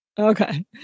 Okay